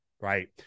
right